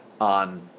on